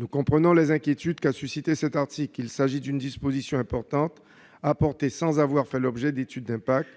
Nous comprenons les inquiétudes qu'a suscitées cet article : il s'agit d'une disposition importante, introduite sans avoir fait l'objet d'une étude d'impact.